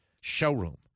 showroom